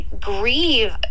grieve